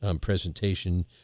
presentation